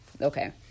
Okay